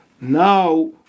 now